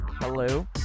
Hello